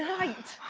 night!